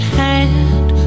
hand